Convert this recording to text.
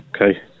okay